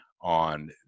on